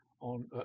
on